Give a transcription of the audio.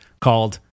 called